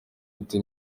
ati